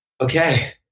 Okay